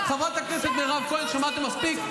אז בסדר, חברת הכנסת מירב כהן, שמעתם מספיק.